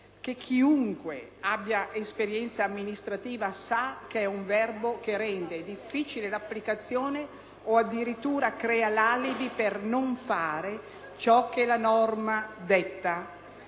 che chiunque abbia esperienza amministrativa sa che rende difficile l'applicazione o addirittura crea l'alibi per non fare quanto la norma detta.